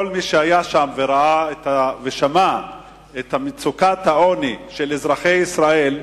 כל מי שהיה שם וראה ושמע את מצוקת העוני של אזרחי ישראל,